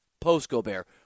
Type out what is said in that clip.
post-Gobert